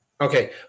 Okay